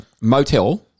motel